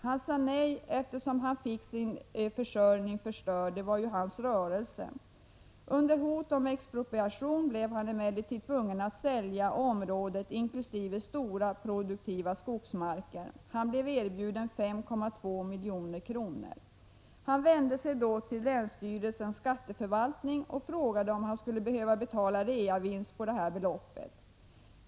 Han sade nej, eftersom han fick sin försörjning förstörd — det var ju hans rörelse. Under hot om expropriation blev han emellertid tvungen att sälja området inkl. stora produktiva skogsmarker. Han blev erbjuden 5,2 milj.kr. Han vände sig då till länsstyrelsens skatteförvaltning och frågade om han skulle behöva betala reavinst på detta belopp.